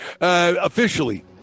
Officially